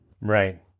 right